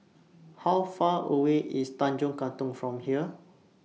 How Far away IS Tanjong Katong from here